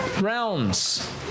realms